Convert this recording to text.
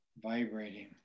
vibrating